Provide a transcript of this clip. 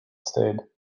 stayed